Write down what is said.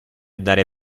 dare